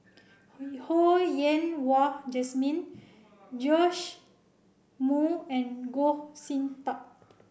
Ho Yen Wah Jesmine Joash Moo and Goh Sin Tub